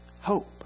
hope